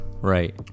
Right